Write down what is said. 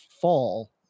fall